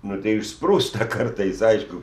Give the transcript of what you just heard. nu tai išsprūsta kartais aišku